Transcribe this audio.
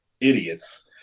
idiots